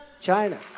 China